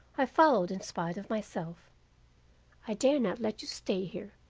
i followed in spite of myself i dare not let you stay here,